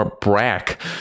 Brack